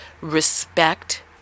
respect